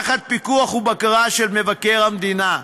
תחת פיקוח ובקרה של מבקר המדינה.